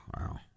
Wow